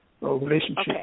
Relationship